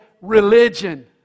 Religion